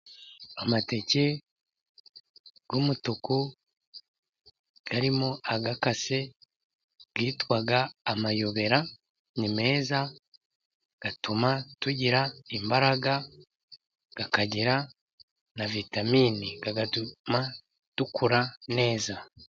Amateke y'umutuku arimo akase yitwa amayobera, ni meza atuma tugira imbaraga, akagira na vitamini, agatuma dukura neza.